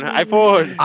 iPhone